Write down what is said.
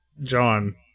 John